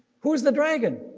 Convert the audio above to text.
who is the dragon?